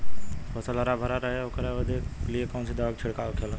फसल हरा भरा रहे वोकरे लिए कौन सी दवा का छिड़काव होखेला?